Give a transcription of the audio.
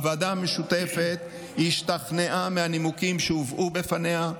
הוועדה המשותפת השתכנעה מהנימוקים שהובאו בפניה,